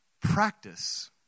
practice